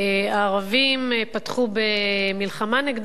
הערבים כבר פתחו במלחמה נגדנו,